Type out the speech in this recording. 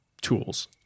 tools